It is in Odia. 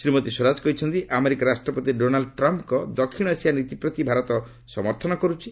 ଶ୍ରୀମତୀ ସ୍ୱରାଜ କହିଛନ୍ତି ଆମେରିକା ରାଷ୍ଟ୍ରପତି ଡୋନାଲ୍ଚ ଟ୍ରମ୍ପ୍ଙ୍କ ଦକ୍ଷିଣ ଏସିଆ ନୀତିପ୍ରତି ଭାରତ ସମର୍ଥନ କରୁଛି